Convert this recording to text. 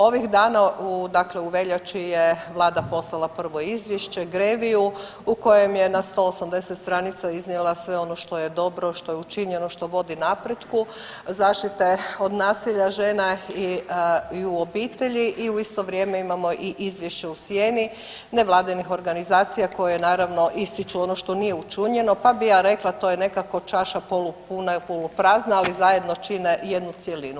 Ovih dana, dakle u veljači je vlada poslala prvo izvješće greviju u kojem je na 180 stranica iznijela sve ono što je dobro, što je učinjeno, što vodi napretku zaštite od nasilja žena i u obitelji i u isto vrijeme imamo i izvješće u sjeni nevladinih organizacija koje naravno ističu ono što nije učinjeno, pa bi ja rekla to je nekako čaša polupuna i poluprazna, ali zajedno čine jednu cjelinu.